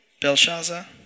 Belshazzar